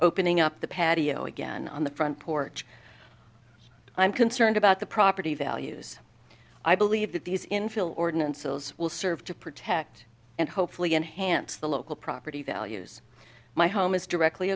opening up the patio again on the front porch i'm concerned about the property values i believe that these infill ordinance will serve to protect and hopefully enhance the local property values my home is directly